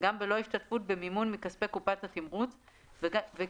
גם בלא השתתפות במימון מכספי קופת התמרוץ וכי